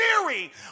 theory